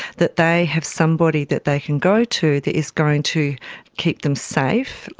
that they have somebody that they can go to that is going to keep them safe,